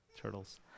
Turtles